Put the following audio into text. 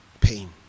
pain